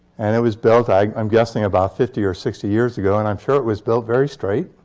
and it was built, i'm i'm guessing, about fifty or sixty years ago. and i'm sure it was built very straight.